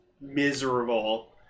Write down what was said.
miserable